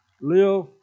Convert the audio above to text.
live